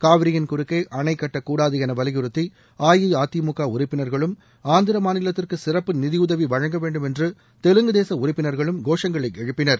காவிரியின் குறுக்கே அணை கட்டக்கூடாது என வலியுறுத்தி அஇஅதிமுக உறுப்பினர்களும் ஆந்திர மாநிலத்திற்கு சிறப்பு நிதியுதவி வழங்கவேண்டும் என்று தெலுங்குதேச உறுப்பினர்களும் கோஷங்களை எழுப்பினர்